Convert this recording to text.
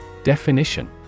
Definition